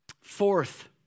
Fourth